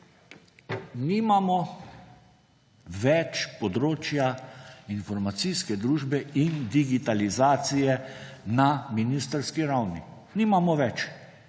nimamo več področja informacijske družbe in digitalizacije na ministrski ravni. Nimamo več,